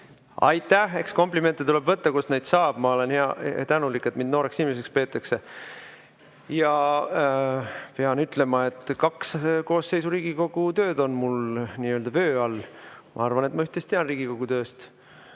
Aitäh! Eks komplimente tuleb võtta, kust neid saab. Ma olen tänulik, et mind nooreks inimeseks peetakse. Ja pean ütlema, et kaks koosseisu Riigikogu tööd on mul nii-öelda vöö all. Ma arvan, et ma üht-teist tean Riigikogu tööst,